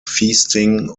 feasting